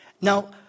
Now